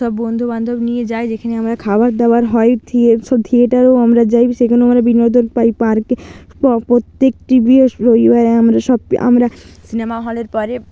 সব বন্ধু বান্ধব নিয়ে যাই যেখানে আমরা খাবার দাবার হয় থিয়ে সব থিয়েটারেও আমরা যাই সেখানে আমরা বিনোদন পাই পার্কে প্রত্যেকটি বিহস রবিবারে আমরা সব আমরা সিনেমা হলের পরে